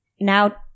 Now